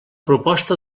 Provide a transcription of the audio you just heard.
proposta